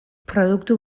produktu